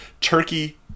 turkey